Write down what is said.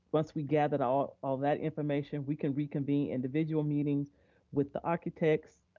once we gather all all that information, we can reconvene individual meetings with the architects.